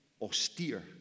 Austere